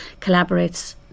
collaborates